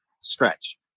stretch